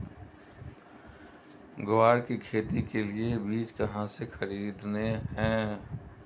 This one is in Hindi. ग्वार की खेती के लिए बीज कहाँ से खरीदने हैं?